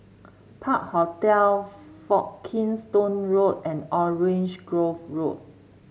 Park Hotel Folkestone Road and Orange Grove Road